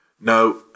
No